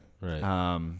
Right